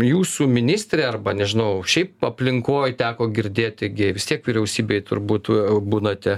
jūsų ministrė arba nežinau šiaip aplinkoj teko girdėti gi vis tiek vyriausybėj turbūt būnate